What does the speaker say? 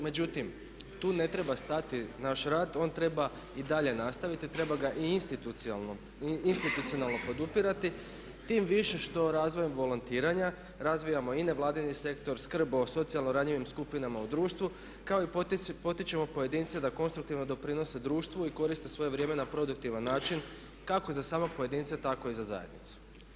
Međutim, tu ne treba stati naš rad, on treba i dalje nastaviti, treba ga i institucionalno podupirati tim više što razvojem volontiranja razvijamo i nevladini sektor, skrb o socijalno ranjivim skupinama u društvu kao i potičemo pojedince da konstruktivno doprinose društvu i koriste svoje vrijeme na produktivan način kako za samog pojedinca tako i za zajednicu.